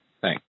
thanks